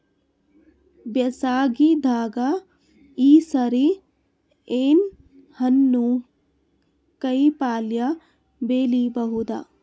ಬ್ಯಾಸಗಿ ದಾಗ ಈ ಸರಿ ಏನ್ ಹಣ್ಣು, ಕಾಯಿ ಪಲ್ಯ ಬೆಳಿ ಬಹುದ?